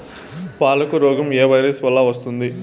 పాలకు రోగం ఏ వైరస్ వల్ల వస్తుంది?